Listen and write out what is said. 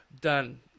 Done